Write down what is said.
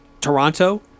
Toronto